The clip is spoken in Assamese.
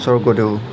স্বৰ্গদেউ